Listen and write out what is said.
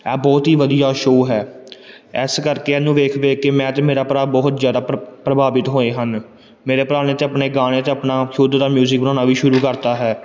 ਇਹ ਬਹੁਤ ਹੀ ਵਧੀਆ ਸ਼ੋ ਹੈ ਇਸ ਕਰਕੇ ਇਹਨੂੰ ਵੇਖ ਵੇਖ ਕੇ ਮੈਂ ਅਤੇ ਮੇਰਾ ਭਰਾ ਬਹੁਤ ਜ਼ਿਆਦਾ ਪ੍ਰਭਾ ਪ੍ਰਭਾਵਿਤ ਹੋਏ ਹਨ ਮੇਰੇ ਭਰਾ ਨੇ ਤਾਂ ਆਪਣੇ ਗਾਣੇ ਅਤੇ ਆਪਣਾ ਖੁਦ ਦਾ ਮਿਊਜਿਕ ਬਣਾਉਣਾ ਵੀ ਸ਼ੁਰੂ ਕਰਤਾ ਹੈ